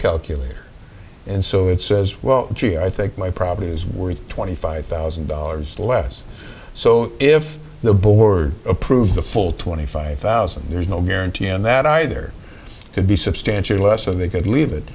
calculator and so it says well gee i think my problem is worth twenty five thousand dollars less so if the board approves the full twenty five thousand there's no guarantee on that either to be substantially less than they could leave it